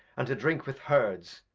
and to drink with herds,